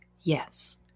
Yes